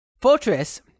Fortress